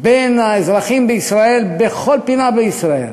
של האזרחים בישראל, בכל פינה בישראל,